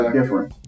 different